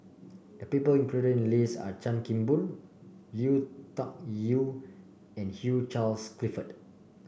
the people included in list are Chan Kim Boon Lui Tuck Yew and Hugh Charles Clifford